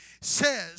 says